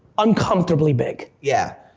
uncomfortably big. yeah.